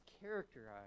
characterized